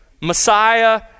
Messiah